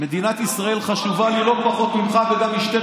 מדינת ישראל חשובה לי לא פחות מלך,